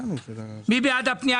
מי בעד הפנייה?